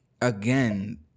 again